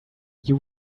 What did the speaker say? you